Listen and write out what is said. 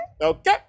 Okay